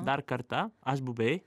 dar kartą aš buvai